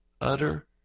Utter